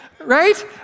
Right